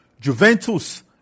Juventus